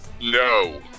No